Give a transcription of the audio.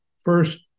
first